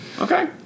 Okay